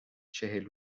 چهل